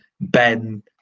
Ben